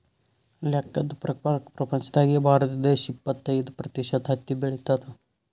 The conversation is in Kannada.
ಲೆಕ್ಕದ್ ಪ್ರಕಾರ್ ಪ್ರಪಂಚ್ದಾಗೆ ಭಾರತ ದೇಶ್ ಇಪ್ಪತ್ತೈದ್ ಪ್ರತಿಷತ್ ಹತ್ತಿ ಬೆಳಿತದ್